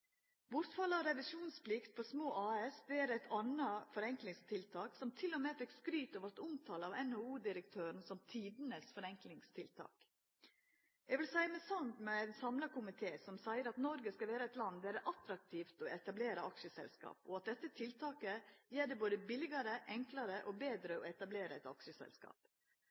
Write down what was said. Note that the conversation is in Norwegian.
av revisjonsplikta for små aksjeselskap er eit anna forenklingstiltak, som til og med fekk skryt og vart omtala av NHO-direktøren som «tidenes forenklingstiltak». Eg vil seia meg samd med ein samla komité, som seier at Noreg skal vera eit land der det er attraktivt å etablera aksjeselskap, og at dette tiltaket gjer det både billigare, enklare og betre å etablera eit aksjeselskap.